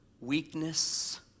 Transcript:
weakness